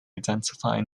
identify